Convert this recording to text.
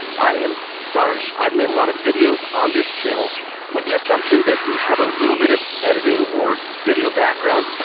i am sorry, i've made a lot of videos on this channel with the assumption that you have a little bit of editing or video background.